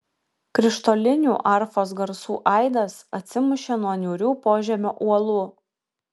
krištolinių arfos garsų aidas atsimušė nuo niūrių požemio uolų